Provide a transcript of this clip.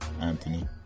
Anthony